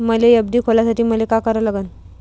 मले एफ.डी खोलासाठी मले का करा लागन?